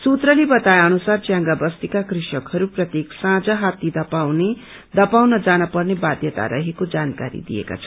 सूत्रले बताए अनुसार च्यांगा बस्तीका कृषकहरू प्रत्येक साँझ हात्ती धपाउन जान पर्ने वाध्यता रहेको जानकारी दिएका छन्